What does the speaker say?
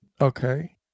Okay